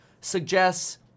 suggests